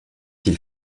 ils